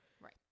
Right